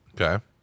Okay